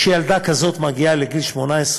כשילדה כזאת מגיעה לגיל 18,